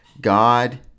God